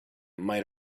might